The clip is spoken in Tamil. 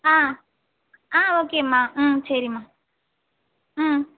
ஆ ஆ ஓகேம்மா ம் சரிம்மா ம்